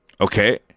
Okay